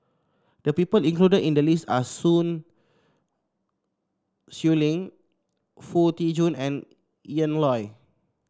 the people included in the list are Sun Xueling Foo Tee Jun and Ian Loy